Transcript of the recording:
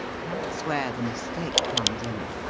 that's where the mistake comes in.